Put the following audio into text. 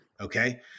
okay